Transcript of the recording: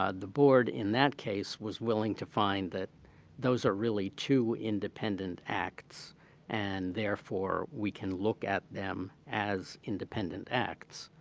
ah the board in that case was willing to find that those are really two independent acts and therefore we can look at them as independent acts.